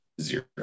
zero